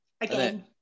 Again